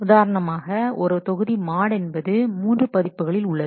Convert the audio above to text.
காரணமாக ஒரு தொகுதி மாட் என்பது மூன்று பதிப்புகளில் உள்ளது